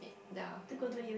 yeah